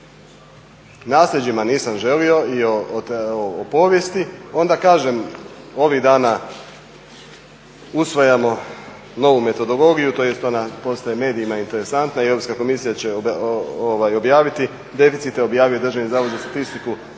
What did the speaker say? nasljeđima nisam želio i o povijesti onda kažem ovih dana usvajamo novu metodologiju, tj. ona postaje medijima interesantna i Europska komisija će objaviti. Deficite je objavio Državni zavod za statistiku,